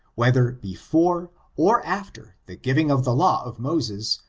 whether before or after the giving of the law of moses,